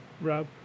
Rob